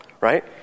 right